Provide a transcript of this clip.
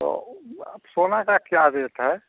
तो अब सोना का क्या रेट है